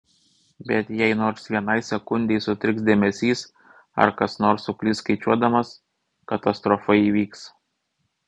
bet jei nors vienai sekundei sutriks dėmesys ar kas nors suklys skaičiuodamas katastrofa įvyks